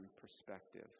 perspective